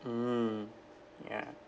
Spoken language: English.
mm ya